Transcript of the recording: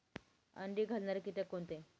अंडी घालणारे किटक कोणते?